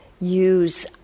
use